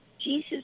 Jesus